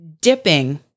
dipping